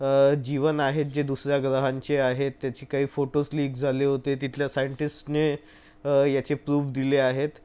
जीवन आहे जे दुसऱ्या ग्रहांचे आहे त्याचे काही फोटो क्लिक झाले होते तिथल्या सायंटिस्टने याचे प्रूफ दिले आहेत